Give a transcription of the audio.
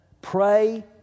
pray